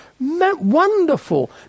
Wonderful